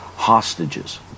hostages